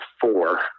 four